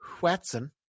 Watson